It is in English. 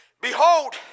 Behold